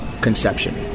conception